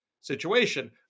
situation